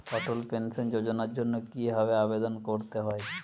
অটল pension যোজনার জন্য কি ভাবে আবেদন করতে হয়?